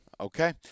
Okay